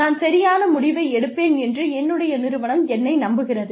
நான் சரியான முடிவை எடுப்பேன் என்று என்னுடைய நிறுவனம் என்னை நம்புகிறது